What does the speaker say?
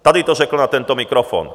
Tady to řekl na tento mikrofon.